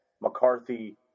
McCarthy